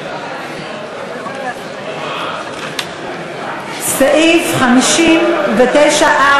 קבוצת סיעת בל"ד לסעיף 59(3)